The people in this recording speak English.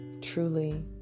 truly